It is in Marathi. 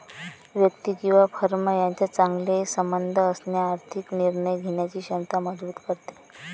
व्यक्ती किंवा फर्म यांच्यात चांगले संबंध असणे आर्थिक निर्णय घेण्याची क्षमता मजबूत करते